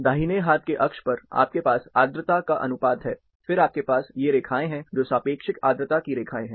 दाहिने हाथ के अक्ष पर आपके पास आर्द्रता का अनुपात है फिर आपके पास ये रेखाएं हैं जो सापेक्षिक आद्रता की रेखाएं हैं